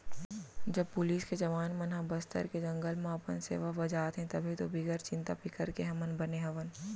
जब पुलिस के जवान मन ह बस्तर के जंगल म अपन सेवा बजात हें तभे तो बिगर चिंता फिकर के हमन बने हवन